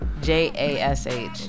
J-A-S-H